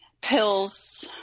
pills